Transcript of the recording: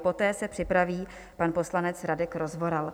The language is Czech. Poté se připraví pan poslanec Radek Rozvoral.